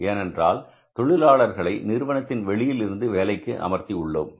ஏனென்றால் தொழிலாளர்களை நிறுவனத்தின் வெளியில் இருந்து வேலைக்கு அமர்த்தி உள்ளோம்